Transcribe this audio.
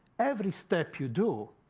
every step you do,